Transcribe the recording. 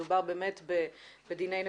מדובר באמת בדיני נפשות.